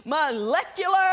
molecular